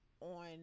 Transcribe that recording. on